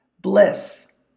bliss